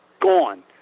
gone